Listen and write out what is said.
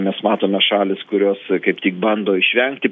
mes matome šalys kurios kaip tik bando išvengti